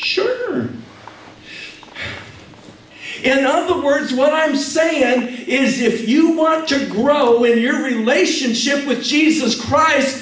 sure in other words what i'm saying is if you want to grow with your relationship with jesus christ